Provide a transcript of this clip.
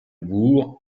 bourg